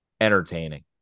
entertaining